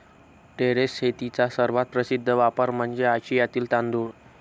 terrace शेतीचा सर्वात प्रसिद्ध वापर म्हणजे आशियातील तांदूळ